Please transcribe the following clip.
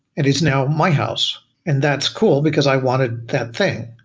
it is now my house, and that's cool because i wanted that thing.